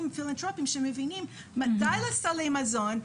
פילנתרופיים שמבינים דיי לסלי מזון.